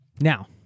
now